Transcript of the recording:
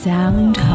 Sound